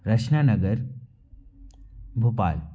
Rachna Nagar Bhopal